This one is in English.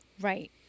Right